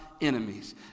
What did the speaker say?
enemies